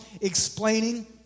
explaining